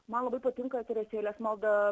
man labai patinka teresėlės malda